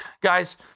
Guys